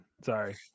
Sorry